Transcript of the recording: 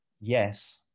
yes